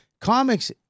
Comics